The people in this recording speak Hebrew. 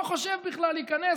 לא חושב בכלל להיכנס,